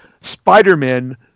Spider-Man